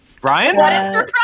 Brian